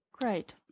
Great